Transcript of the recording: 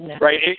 right